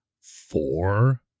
Four